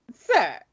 Sir